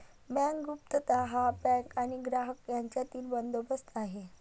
bank गुप्तता हा bank आणि ग्राहक यांच्यातील बंदोबस्त आहे